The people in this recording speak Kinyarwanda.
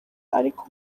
ariko